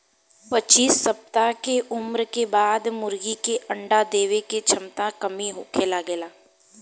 पच्चीस सप्ताह के उम्र के बाद मुर्गी के अंडा देवे के क्षमता में कमी होखे लागेला